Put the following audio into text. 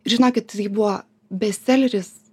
žinokit ji buvo bestseleris